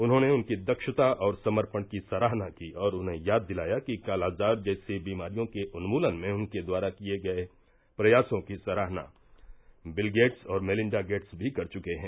उन्होंने उनकी दक्षता और समर्पण की सराहना की और उन्हें याद दिलाया कि कालाजार जैसी बीमारियों के उन्मूलन में उनके द्वारा किये गये प्रयासों की सराहना बिल गेट्स और मेलिंडा गेट्स भी कर चुके है